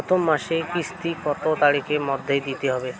প্রথম মাসের কিস্তি কত তারিখের মধ্যেই দিতে হবে?